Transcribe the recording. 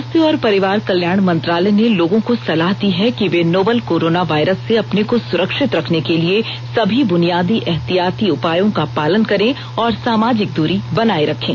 स्वास्थ्य और परिवार कल्याण मंत्रालय ने लोगों को सलाह दी है कि वे नोवल कोरोना वायरस से अपने को सुरक्षित रखने के लिए सभी बुनियादी एहतियाती उपायों का पालन करें और सामाजिक दूरी बनाए रखें